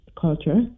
culture